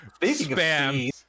spam